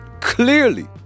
clearly